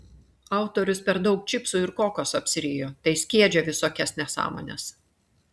autorius per daug čipsų ir kokos apsirijo tai skiedžia visokias nesąmones